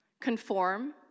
conform